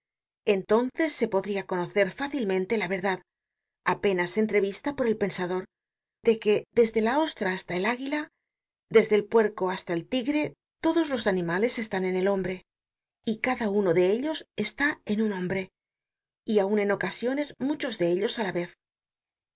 entonces se podria conocer fácilmente la verdad apenas entrevista por el pensador de que desde la ostra hasta el águila desde el puerco hasta el tigre todos los animales están en el hombre y cada uno de ellos está en un hombre y aun en ocasiones muchos de ellos á la vez